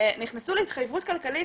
שנכנסו להתחייבות כלכלית